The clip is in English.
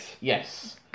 Yes